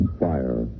fire